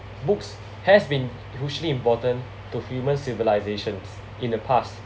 books has been hugely important to human civilisations in the past